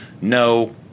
no